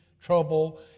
trouble